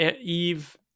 Eve